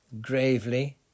gravely